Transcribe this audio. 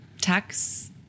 Tax